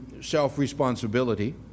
self-responsibility